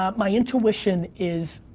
ah my intuition is,